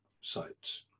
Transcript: sites